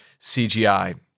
CGI